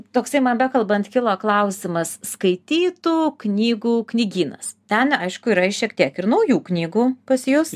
toksai man bekalbant kilo klausimas skaitytų knygų knygynas ten aišku yra šiek tiek ir naujų knygų pas jus